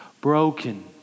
Broken